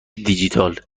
دیجیتال